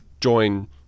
join